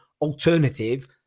alternative